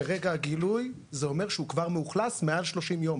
שרגע הגילוי, זה אומר שהוא כבר מאוכלס מעל 30 יום.